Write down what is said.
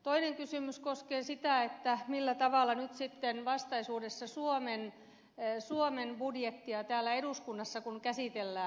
toinen kysymys koskee sitä millä tavalla nyt sitten vastaisuudessa toimitaan kun suomen budjettia täällä eduskunnassa käsitellään